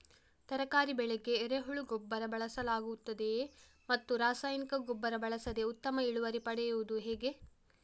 ತರಕಾರಿ ಬೆಳೆಗೆ ಎರೆಹುಳ ಗೊಬ್ಬರ ಬಳಸಲಾಗುತ್ತದೆಯೇ ಮತ್ತು ರಾಸಾಯನಿಕ ಗೊಬ್ಬರ ಬಳಸದೆ ಉತ್ತಮ ಇಳುವರಿ ಪಡೆಯುವುದು ಹೇಗೆ?